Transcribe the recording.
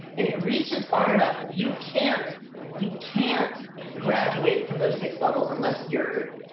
and it reaches far enough, you can't you can't graduate from those six levels unless you're